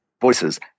voices